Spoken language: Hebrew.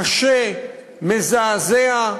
קשה, מזעזע,